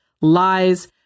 lies